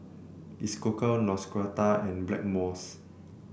Isocal Neostrata and Blackmores